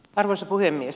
arvoisa puhemies